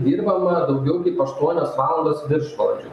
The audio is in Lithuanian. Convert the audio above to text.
dirbama daugiau kaip aštuonias valandas viršvalandžių